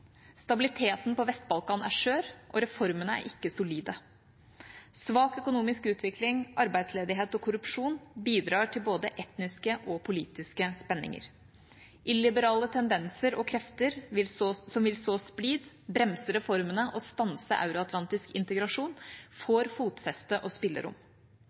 Stabiliteten på Vest-Balkan er skjør, og reformene er ikke solide. Svak økonomisk utvikling, arbeidsledighet og korrupsjon bidrar til både etniske og politiske spenninger. Illiberale tendenser og krefter som vil så splid, bremse reformene og stanse euro-atlantisk integrasjon, får fotfeste og spillerom.